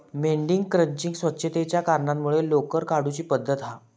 मेंढी क्रचिंग स्वच्छतेच्या कारणांमुळे लोकर काढुची पद्धत हा